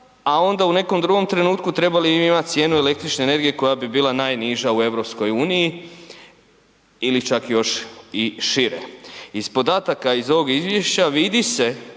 A onda u nekom drugom trenutku trebali bi imati cijenu električne energije koja bi bila najniža u EU ili čak još i šire. Iz podataka iz ovog izvješća vidi se